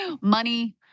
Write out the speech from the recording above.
Money